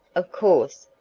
of course,